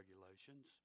regulations